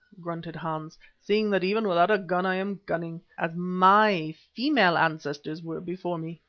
grunted hans, seeing that even without a gun i am cunning, as my female ancestors were before me.